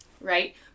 right